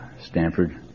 Stanford